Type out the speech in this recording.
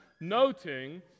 noting